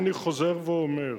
לכן, אני חוזר ואומר: